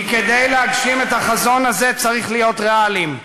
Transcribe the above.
כי כדי להגשים את החזון הזה צריך להיות ריאליים.